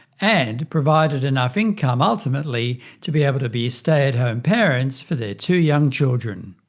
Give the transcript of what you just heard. and provided enough income ultimately to be able to be stay at home parents for their two young children.